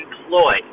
employed